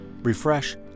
refresh